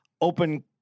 open